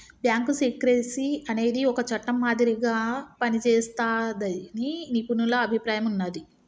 bank secrecy అనేది ఒక చట్టం మాదిరిగా పనిజేస్తాదని నిపుణుల అభిప్రాయం ఉన్నాది